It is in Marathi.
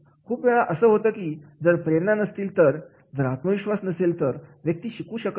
खूप वेळा असं होतं की जर प्रेरणा नसतील तर जर आत्मविश्वास नसेल तर व्यक्ती शिकू शकतो नाही